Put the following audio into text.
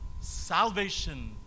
salvation